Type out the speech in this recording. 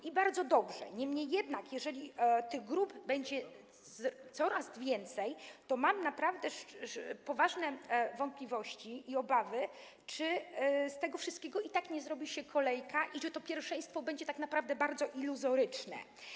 I bardzo dobrze, niemniej jednak jeżeli tych grup będzie coraz więcej, to mam naprawdę poważne wątpliwości i obawy, czy z tego wszystkiego i tak nie zrobi się kolejka i to pierwszeństwo będzie tak naprawdę bardzo iluzoryczne.